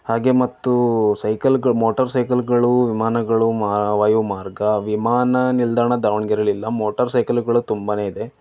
ಹಾಗೆ ಮತ್ತು ಸೈಕಲ್ಗ ಮೋಟಾರ್ ಸೈಕಲ್ಗಳು ವಿಮಾನಗಳು ವಾಯು ಮಾರ್ಗ ವಿಮಾನ ನಿಲ್ದಾಣ ದಾವಣಗೆರೆಯಲ್ಲಿಲ್ಲ ಮೋಟಾರ್ ಸೈಕಲ್ಗಳು ತುಂಬ ಇದೆ